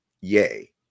yay